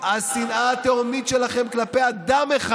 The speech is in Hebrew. השנאה התהומית שלכם כלפי אדם אחד,